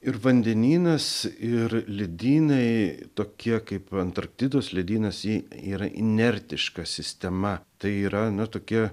ir vandenynas ir ledynai tokie kaip antarktidos ledynas ji yra inertiška sistema tai yra nu tokia